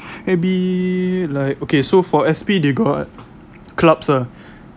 maybe like okay so for S_P they got clubs ah